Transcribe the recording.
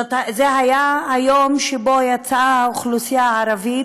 זה היה היום שבו יצאה האוכלוסייה הערבית,